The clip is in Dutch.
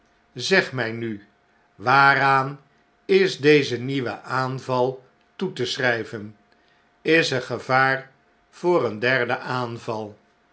zeg my nu waaraan is deze nieuwe aanval toe te schryven is er gevaar voor een derden aanval